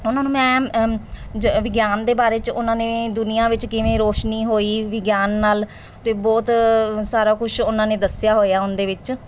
ਉਹਨਾਂ ਨੂੰ ਮੈਂ ਜ ਵਿਗਿਆਨ ਦੇ ਬਾਰੇ 'ਚ ਉਹਨਾਂ ਨੇ ਦੁਨੀਆਂ ਵਿੱਚ ਕਿਵੇਂ ਰੌਸ਼ਨੀ ਹੋਈ ਵਿਗਿਆਨ ਨਾਲ ਅਤੇ ਬਹੁਤ ਸਾਰਾ ਕੁਛ ਉਹਨਾਂ ਨੇ ਦੱਸਿਆ ਹੋਇਆ ਉਹਦੇ ਵਿੱਚ